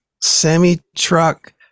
semi-truck